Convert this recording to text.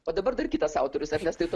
o dabar dar kitas autorius ernestai tuoj